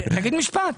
תודה.